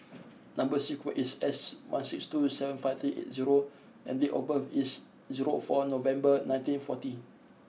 number sequence is S one six two seven five three eight zero and date of birth is zero four November nineteen forty